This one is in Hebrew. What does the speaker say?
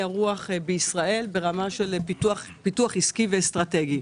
אירוע בישראל ברמה של פיתוח עסקי ואסטרטגי.